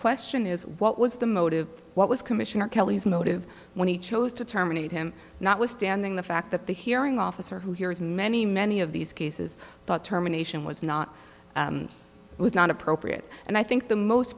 question is what was the motive what was commissioner kelly's motive when he chose to terminate him notwithstanding the fact that the hearing officer who hears many many of these cases thought terminations was not was not appropriate and i think the most